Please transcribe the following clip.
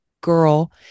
girl